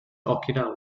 okinawa